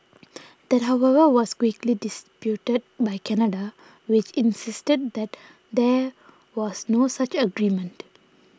that however was quickly disputed by Canada which insisted that there was no such agreement